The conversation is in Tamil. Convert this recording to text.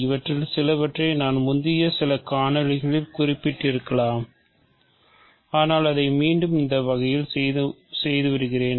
இவற்றில் சிலவற்றை நான் முந்தைய சில காணொளிகளில் குறிப்பிட்டிருக்கலாம் ஆனால் அதை மீண்டும் இந்த வகையிலும் செய்து விடுகிறேன்